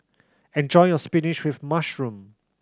enjoy your spinach with mushroom